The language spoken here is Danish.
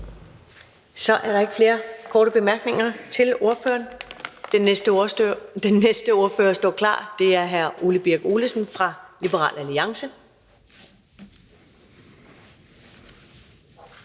Så er der ikke flere korte bemærkninger til ordføreren. Den næste ordfører står klar. Det er hr. Ole Birk Olesen fra Liberal Alliance.